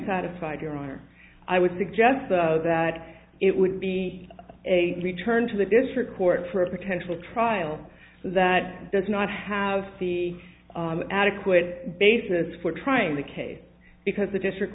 satisfied your honor i would suggest that it would be a return to the district court for a potential trial that does not have the adequate basis for trying the case because the district